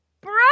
Bro